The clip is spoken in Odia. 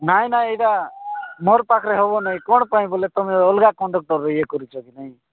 ନାଇଁ ନାଇଁ ଏଇଟା ମୋର ପାଖରେ ହେବ ନାଇଁ କ'ଣ ପାଇଁ ବୋଇଲେ ତୁମେ ଅଲଗା କଣ୍ଡକ୍ଟରରେ ଇଏ କରିଛ କି ନାଇଁ